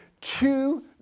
two